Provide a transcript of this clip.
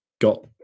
got